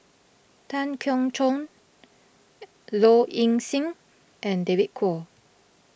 Tan Keong Choon Low Ing Sing and David Kwo